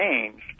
changed